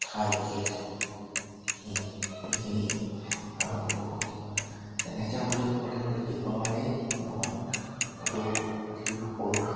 ঠাই বিশেষ সেই সেইখিনিকে আৰু তেনেকৈ বুলি ক'বলৈ গ'লে কেইখনমানেই নহয় হয়তো পৃথিৱীৰ সকলো